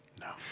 No